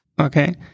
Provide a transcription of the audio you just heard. Okay